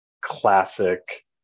classic